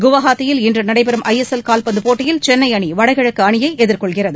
குவஹாத்தியில் இன்று நடைபெறும் ஐஎஸ்எல் கால்பந்து போட்டியில் சென்னை அனி வடகிழக்கு அணியை எதிர்கொள்கிறது